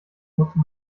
musste